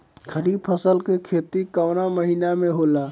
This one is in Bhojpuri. खरीफ फसल के खेती कवना महीना में होला?